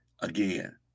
again